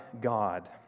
God